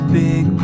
big